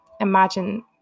imagine